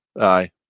Aye